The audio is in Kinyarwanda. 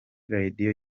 radio